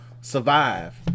Survive